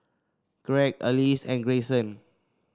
Gregg Alease and Grayson